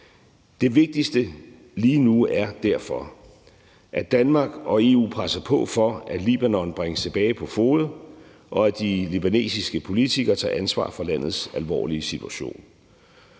Det vigtigste lige nu er derfor, at Danmark og EU presser på for, at Libanon bringes tilbage på fode, og at de libanesiske politikere tager ansvar for landets alvorlige situation.